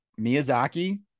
Miyazaki